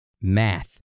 math